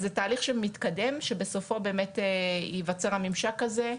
אז תהליך שבאמת מתקדם ושבסופו באמת ייווצר הממשק הזה,